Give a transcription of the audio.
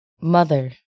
Mother